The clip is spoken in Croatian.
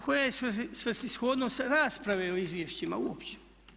Koja je svrsishodnost rasprave o izvješćima uopće?